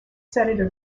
senator